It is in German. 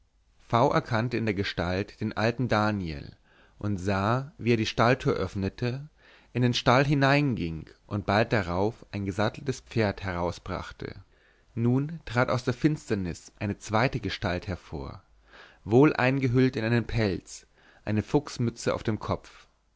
v erkannte in der gestalt den alten daniel und sah wie er die stalltür öffnete in den stall hineinging und bald darauf ein gesatteltes pferd herausbrachte nun trat aus der finsternis eine zweite gestalt hervor wohl eingehüllt in einen pelz eine fuchsmütze auf dem kopf